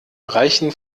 reichen